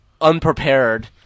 unprepared